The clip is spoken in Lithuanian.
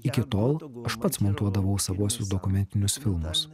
iki tol aš pats montuodavau savuosius dokumentinius filmus